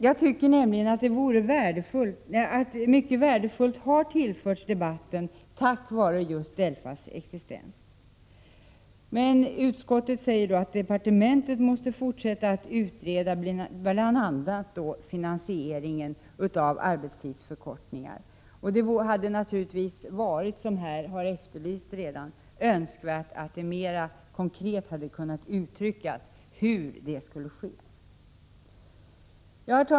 Jag tycker nämligen att mycket värdefullt har tillförts debatten tack vare just DELFA:s existens. Men utskottet säger att departementet måste fortsätta utreda bl.a. finansieringen av arbetstidsförkortningar. Det hade naturligtvis varit önskvärt — det har redan efterlysts här — att det mer konkret hade kunnat uttryckas hur detta skulle ske. Herr talman!